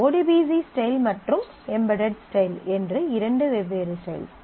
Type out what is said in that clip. ODBC style மற்றும் embedded style என்று இரண்டு வெவ்வேறு ஸ்டைல்ஸ்